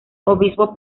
obispo